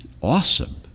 awesome